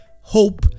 hope